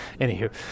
anywho